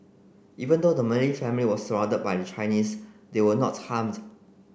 even though the Malay family was surrounded by the Chinese they were not harmed